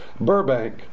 Burbank